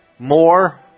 More